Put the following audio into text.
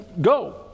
Go